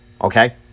Okay